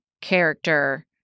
character